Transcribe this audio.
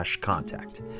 contact